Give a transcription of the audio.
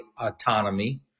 autonomy